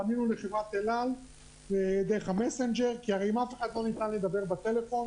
פנינו לחברת אל-על דרך המסנג'ר כי הרי עם אף אחד לא ניתן לדבר בטלפון.